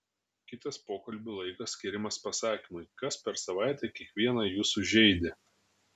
kitas pokalbio laikas skiriamas pasakymui kas per savaitę kiekvieną jūsų žeidė